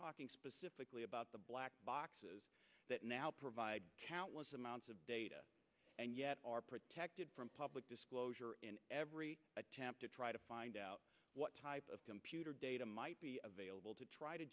talking specifically about the black boxes that now provide countless amounts of data and are protected from public disclosure in every attempt to try to find out what type of computer data might be available to try to